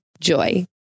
Joy